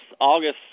August